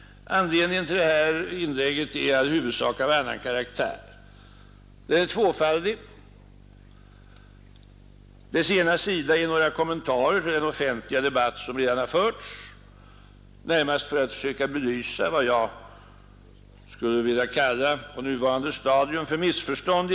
Anledningen till mitt inlägg är emellertid i huvudsak av annan karaktär. Den är tvåfaldig. Dess ena sida är några kommentarer till den offentliga debatt som redan har förts, närmast för att söka belysa vad jag på nuvarande stadium skulle vilja kalla för missförstånd.